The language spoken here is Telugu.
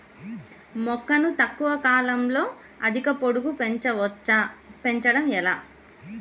మొక్కను తక్కువ కాలంలో అధిక పొడుగు పెంచవచ్చా పెంచడం ఎలా?